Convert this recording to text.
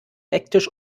hektisch